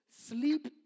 Sleep